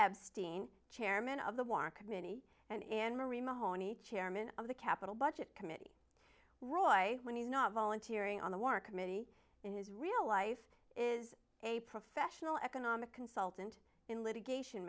steen chairman of the war committee and anne marie mahoney chairman of the capital budget committee roy when he's not volunteering on the war committee in his real life is a professional economic consultant in litigation